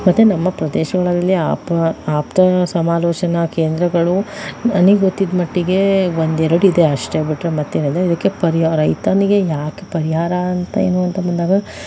ಮತ್ತೆ ನಮ್ಮ ಪ್ರದೇಶದಲ್ಲಿ ಆಪ ಆಪ್ತ ಸಮಾಲೋಚನಾ ಕೇಂದ್ರಗಳು ನನಗೆ ಗೊತ್ತಿದ್ದ ಮಟ್ಟಿಗೆ ಒಂದೆರಡು ಇದೆ ಅಷ್ಟೆ ಬಿಟ್ಟರೆ ಮತ್ತೇನಿದೆ ಅದಕ್ಕೆ ಪರಿಹಾರ ರೈತನಿಗೆ ಯಾಕೆ ಪರಿಹಾರ ಅಂತ ಏನು ಅಂತ ಬಂದಾಗ